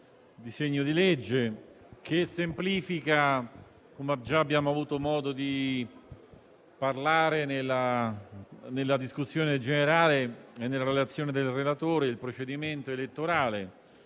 disegno di legge, che semplifica, come già abbiamo avuto modo di sottolineare nella discussione generale e dopo la relazione del relatore, il procedimento elettorale.